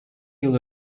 yıl